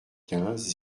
quinze